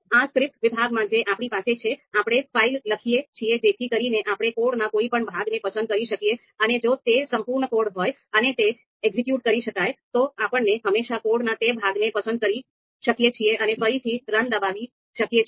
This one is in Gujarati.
આ સ્ક્રિપ્ટ વિભાગમાં જે આપણી પાસે છે આપણે ફાઇલ લખીએ છીએ જેથી કરીને આપણે કોડના કોઈપણ ભાગને પસંદ કરી શકિયે અને જો તે સંપૂર્ણ કોડ હોય અને તેને એક્ઝિક્યુટ કરી શકાય તો આપણે હંમેશા કોડના તે ભાગને પસંદ કરી શકીએ છીએ અને ફરીથી રન દબાવી શકીએ છીએ